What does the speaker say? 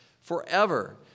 forever